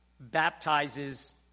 baptizes